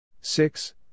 Six